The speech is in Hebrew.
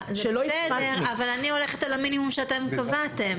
אני הולכת על המינימום שאתם קבעתם.